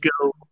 go